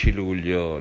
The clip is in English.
luglio